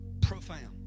profound